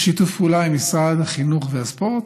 בשיתוף פעולה עם משרד החינוך והספורט,